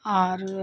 और